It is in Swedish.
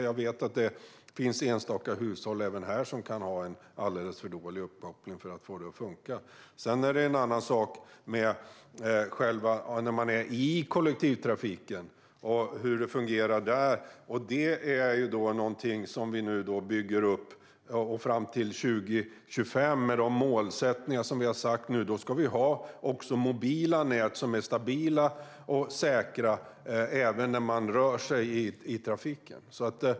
Jag vet att det finns enstaka hushåll även här som kan ha en alldeles för dålig uppkoppling för att få det att funka. När det gäller hur det fungerar när man är i kollektivtrafiken är målsättningen att vi 2025 ska ha också mobila nät som är stabila och säkra även när man rör sig i trafiken.